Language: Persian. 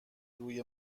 روی